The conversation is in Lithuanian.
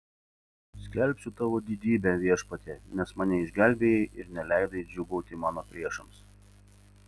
skelbsiu tavo didybę viešpatie nes mane išgelbėjai ir neleidai džiūgauti mano priešams